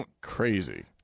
crazy